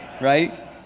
right